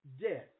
death